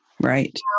Right